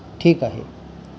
ठीक आहे